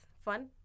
fun